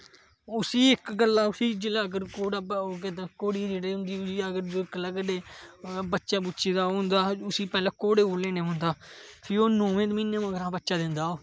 उसी इक गल्ला उसी जिसलै अगर घोड़ा आग इद्धर घोड़ी जेहड़ी होंदी अगर बच्चे बुच्चे दा ओह् होंदा ते उसी पैहलें घोडे़ कोल लेना पौंदा हा फिर ओह् नोमें म्हीने मगरा बच्चा दिंदा ओह्